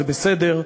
זה בסדר,